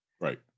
Right